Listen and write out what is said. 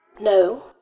No